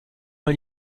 mal